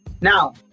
Now